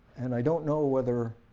and i don't know whether